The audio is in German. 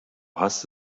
hast